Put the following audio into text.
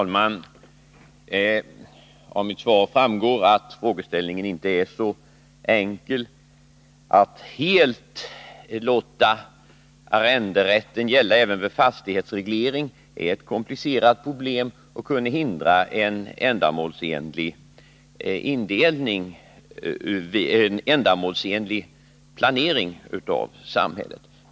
Herr talman! Av mitt svar framgår att frågeställningen inte är så enkel. Att helt låta arrenderätten gälla även vid fastighetsreglering är komplicerat och kunde hindra en ändamålsenlig planering av samhället.